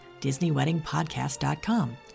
DisneyWeddingPodcast.com